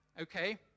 Okay